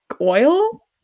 oil